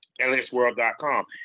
lsworld.com